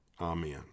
Amen